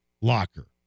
locker